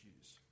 issues